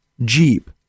Jeep